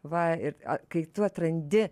va ir kai tu atrandi